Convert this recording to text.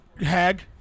Hag